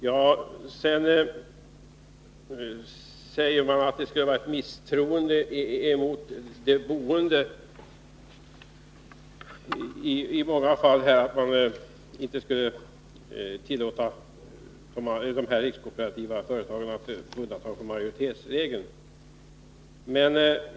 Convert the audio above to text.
Sedan säger man att det i många fall skulle vara ett misstroende mot de boende, om man inte skulle tillåta de rikskooperativa organisationerna att göra undantag från majoritetsregeln.